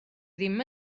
ddim